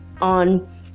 on